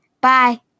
bye